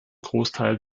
großteil